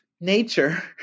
nature